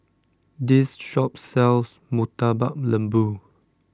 this shop sells Murtabak Lembu